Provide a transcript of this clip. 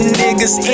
niggas